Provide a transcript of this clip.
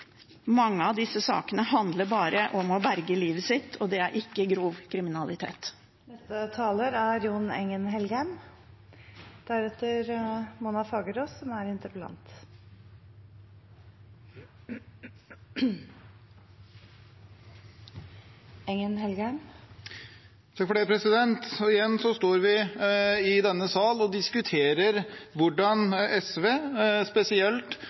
Mange av disse sakene handler bare om å berge livet sitt, og det er ikke grov kriminalitet. Igjen står vi i denne sal og diskuterer hvordan SV, spesielt,